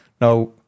now